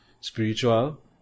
Spiritual